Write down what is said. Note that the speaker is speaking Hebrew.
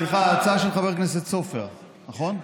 סליחה, ההצעה של חבר הכנסת סופר, נכון?